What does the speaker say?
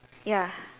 ya